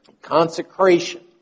Consecration